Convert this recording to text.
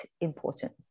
important